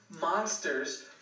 monsters